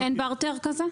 אין ברטר כזה?